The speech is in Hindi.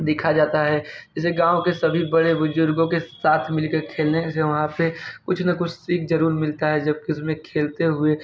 देखा जाता है जैसे गाँव के सभी बड़े बुज़ुर्गो के साथ मिलके खेलने से वहाँ पे कुछ न कुछ सीख जरूर मिलता है जब कि उसमे खेलते हुए